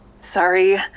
Sorry